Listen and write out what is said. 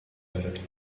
fête